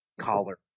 collar